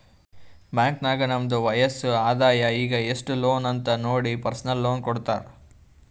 bank ನಾಗ್ ನಮ್ದು ವಯಸ್ಸ್, ಆದಾಯ ಈಗ ಎಸ್ಟ್ ಲೋನ್ ಅಂತ್ ನೋಡಿ ಪರ್ಸನಲ್ ಲೋನ್ ಕೊಡ್ತಾರ್